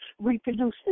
reproduces